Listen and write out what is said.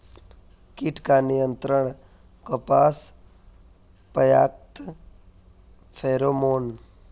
कीट का नियंत्रण कपास पयाकत फेरोमोन?